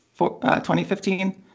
2015